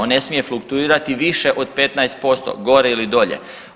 On ne smije fluktuirati više od 15% gore ili dolje.